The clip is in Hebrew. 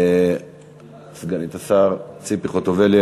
סגנית השר ציפי חוטובלי,